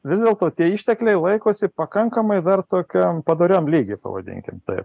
vis dėlto tie ištekliai laikosi pakankamai dar tokiam padoriam lygy pavadinkim taip